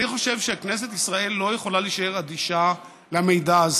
אני חושב שכנסת ישראל לא יכולה להישאר אדישה למידע הזה.